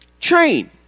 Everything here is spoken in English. Train